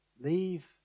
leave